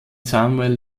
samuel